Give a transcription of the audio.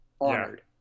honored